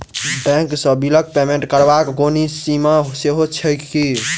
Bank सँ बिलक payment करबाक कोनो सीमा सेहो छैक की?